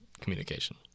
communication